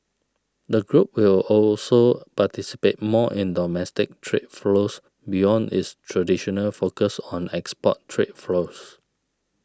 the group will also participate more in domestic trade flows beyond its traditional focus on export trade flows